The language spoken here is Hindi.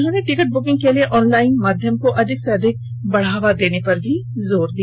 उन्होंने टिकट बुकिंग के लिए ऑनलाइन माध्यम को अधिक से अधिक बढ़ावा देने पर भी जोर दिया